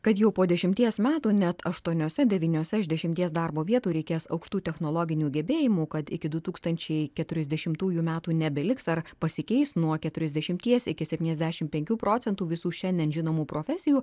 kad jau po dešimties metų net aštuoniose devyniose iš dešimties darbo vietų reikės aukštų technologinių gebėjimų kad iki du tūkstančiai keturiasdešimtų metų nebeliks ar pasikeis nuo keturiasdešimtie iki septyniasdešimt penkių procentų visų šiandien žinomų profesijų